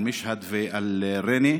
אל-משהד ולראמה.